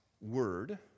word